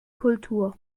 kultur